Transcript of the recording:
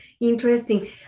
interesting